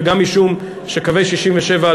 וגם משום שקווי 67',